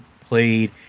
played